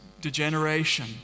degeneration